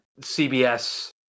CBS